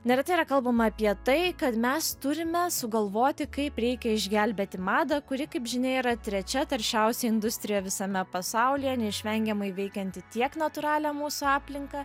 neretai yra kalbama apie tai kad mes turime sugalvoti kaip reikia išgelbėti madą kuri kaip žinia yra trečia taršiausia industrija visame pasaulyje neišvengiamai veikianti tiek natūralią mūsų aplinką